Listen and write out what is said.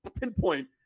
pinpoint